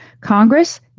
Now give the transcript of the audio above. Congress